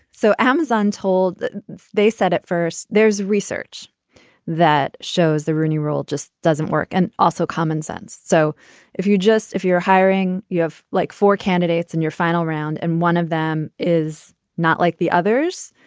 so amazon told that they said at first there's research that shows the rooney rule just doesn't work. and also common sense. so if you're just if you're hiring, you have like four candidates in your final round. and one of them is not like the others.